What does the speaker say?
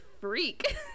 freak